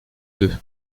deux